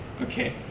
Okay